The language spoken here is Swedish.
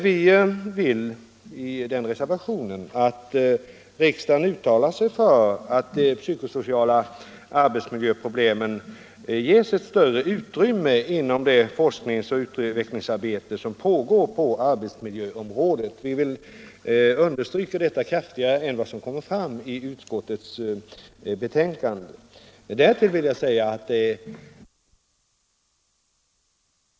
Vi vill i den reservationen att riksdagen uttalar sig för att de psykosociala arbetsmiljöproblemen ges ett större utrymme inom det forsknings och utvecklingsarbete som pågår på arbetsmiljöområdet. Vi vill understryka detta kraftigare än som sker i utskottets betänkande. Det är intressant att läsa utskottsbetänkandet i år. Vi har under flera år väckt motioner på detta område. De problem som vi har tagit upp har inte mötts med den förståelse som man ändock tycks ha nu. att-en utredning är på gång. Det skriver också utskottet.